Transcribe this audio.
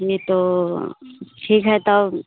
यह तो ठीक है तब